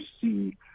see